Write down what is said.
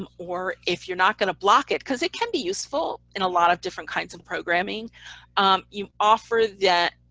um or if you're not going to block it because it can be useful in a lot of different kinds of programming you offer that.